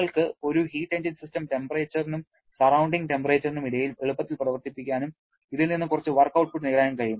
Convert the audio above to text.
നിങ്ങൾക്ക് ഒരു heat engine system ടെംപറേച്ചറിനും സറൌണ്ടിങ് ടെംപറേച്ചറിനും ഇടയിൽ എളുപ്പത്തിൽ പ്രവർത്തിപ്പിക്കാനും ഇതിൽ നിന്ന് കുറച്ച് വർക്ക് ഔട്ട്പുട്ട് നേടാനും കഴിയും